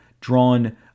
drawn